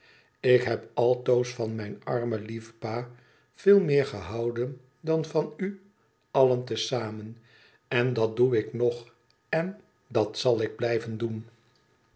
ik heb altoos van mijn armen lieven pa veel meer gehouden dan van ü allen te zamen en dat doe ik nog en dat zal ik blijven doen